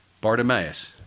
Bartimaeus